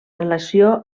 relació